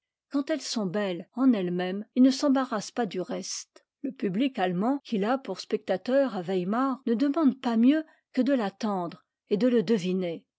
quand elles sont belles en ellesmêmes il ne s'embarrasse pas du reste lé public allemand qu'il a pour spectateur à weimar ne demande pas mieux que de l'attendre et de le deviner